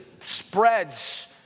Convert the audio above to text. spreads